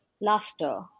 laughter